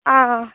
ആ ആ